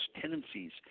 tendencies